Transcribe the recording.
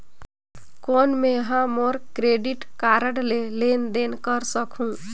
कौन मैं ह मोर क्रेडिट कारड ले लेनदेन कर सकहुं?